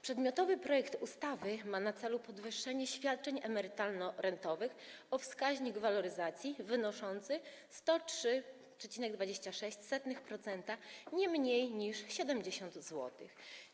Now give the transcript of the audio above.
Przedmiotowy projekt ustawy ma na celu podwyższenie świadczeń emerytalno-rentowych o wskaźnik waloryzacji wynoszący 103,26%, nie mniej niż o 70 zł.